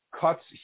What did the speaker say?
cuts